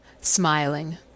Smiling